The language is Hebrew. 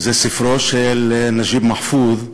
הוא ספרו של נג'יב מחפוז,